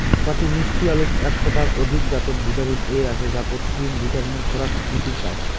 কটি মিষ্টি আলুত একশ টার অধিক জাতত ভিটামিন এ আছে যা পত্যিদিন ভিটামিনের খোরাক মিটির পায়